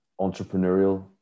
entrepreneurial